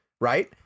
right